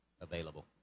available